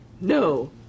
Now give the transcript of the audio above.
No